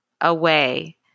away